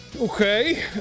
Okay